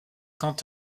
quant